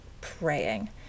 praying